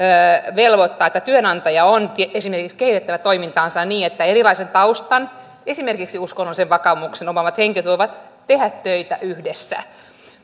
velvoittaa että työnantajan on esimerkiksi kehitettävä toimintaansa niin että erilaisen taustan esimerkiksi uskonnollisen vakaumuksen omaavat henkilöt voivat tehdä töitä yhdessä